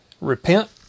Repent